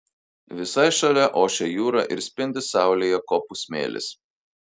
visai šalia ošia jūra ir spindi saulėje kopų smėlis